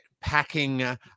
packing